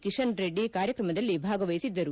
ಕಿಶನ್ರೆಡ್ಡಿ ಕಾರ್ಯಕ್ರಮದಲ್ಲಿ ಭಾಗವಹಿಸಿದ್ದರು